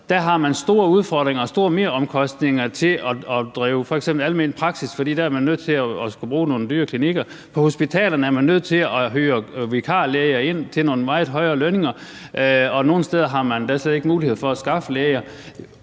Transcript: Der har man store udfordringer og store meromkostninger til at drive f.eks. almen praksis, for der er man nødt til at skulle bruge nogle dyre klinikker. På hospitalerne er man nødt til at hyre vikarlæger ind til nogle meget højere lønninger, og nogle steder har man endda slet ikke mulighed for at skaffe læger.